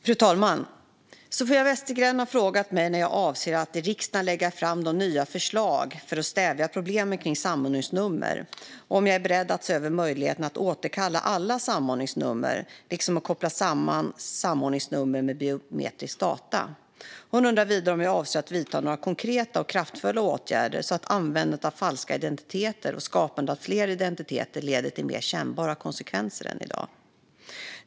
Fru talman! Sofia Westergren har frågat mig när jag avser att i riksdagen lägga fram de nya förslagen för att stävja problemen kring samordningsnummer och om jag är beredd att se över möjligheten att återkalla alla samordningsnummer liksom att koppla samman samordningsnummer med biometriska data. Hon undrar vidare om jag avser att vidta några konkreta och kraftfulla åtgärder så att användandet av falska identiteter och skapandet av flera identiteter leder till mer kännbara konsekvenser än i dag.